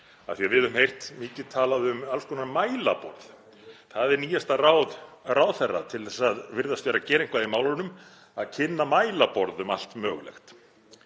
því að við höfum heyrt mikið talað um alls konar mælaborð. Það er nýjasta ráð ráðherra til þess að virðast vera að gera eitthvað í málunum að kynna mælaborð um allt mögulegt